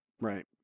Right